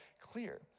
clear